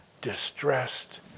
distressed